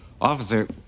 Officer